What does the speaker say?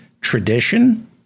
tradition